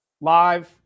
Live